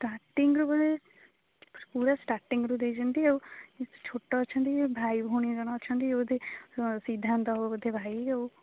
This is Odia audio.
ଷ୍ଟାର୍ଟିଂରୁ ପୁରା ଷ୍ଟାର୍ଟିଂରୁ ଦେଇଛନ୍ତି ଆଉ ଛୋଟ ଅଛନ୍ତି ଭାଇ ଭଉଣୀ ଦୁଇଜଣ ଅଛନ୍ତି ସିଦ୍ଧାନ୍ତ ହବ ଭାଇ ଆଉ